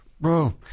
bro